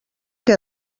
que